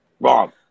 Wrong